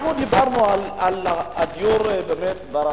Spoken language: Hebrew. אנחנו דיברנו על דיור בר-השגה.